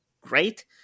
great